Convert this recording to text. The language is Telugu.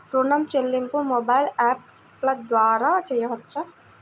ఋణం చెల్లింపు మొబైల్ యాప్ల ద్వార చేయవచ్చా?